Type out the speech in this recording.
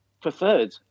preferred